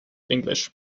english